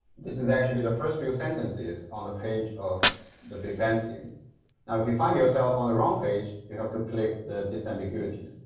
this is actually the the first few sentences on the page of the big bang theory. now if you find yourself on the wrong page you have to click the disambiguates.